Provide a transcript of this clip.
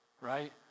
right